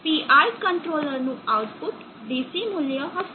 PI controller નું output DC મૂલ્ય હશે